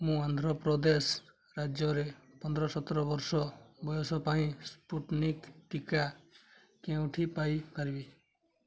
ମୁଁ ଆନ୍ଧ୍ରପ୍ରଦେଶ ରାଜ୍ୟରେ ପନ୍ଦର ସତର ବର୍ଷ ବୟସ ପାଇଁ ସ୍ପୁଟନିକ୍ ଟିକା କେଉଁଠି ପାଇ ପାରିବି